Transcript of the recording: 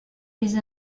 these